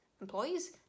Employees